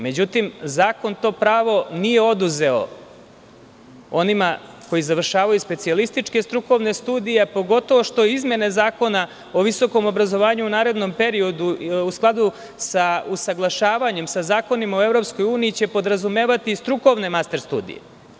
Međutim, zakon to pravo nije oduzeo onima koji završavaju specijalističke strukovne studije, pogotovo što izmene Zakona o visokom obrazovanju u narednom periodu, u skladu sa usaglašavanjem sa zakonima u EU, će podrazumevati strukovne master studije.